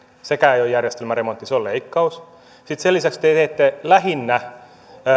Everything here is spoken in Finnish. sekään ei ole järjestelmäremontti se on leikkaus sitten sen lisäksi te teette lähinnä